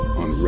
on